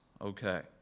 Okay